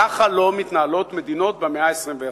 ככה לא מתנהלות מדינות במאה ה-21.